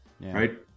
right